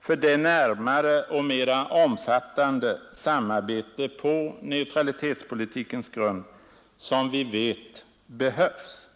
för det närmare och mera omfattande samarbete på neutralitetspo litikens grund som vi vet behövs.